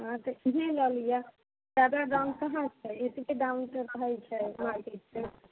हँ तऽ इहे लऽ लिअ जादा दाम कहाँ छै एतबे दाम तऽ रहैत छै मार्केटमे